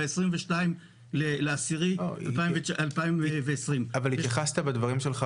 ב-22 באוקטובר 2020. אבל התייחסת בדברים שלך